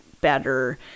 better